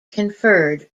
conferred